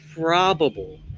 probable